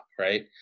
right